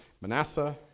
Manasseh